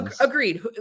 agreed